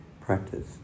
practice